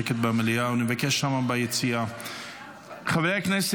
אני קובע כי הצעת חוק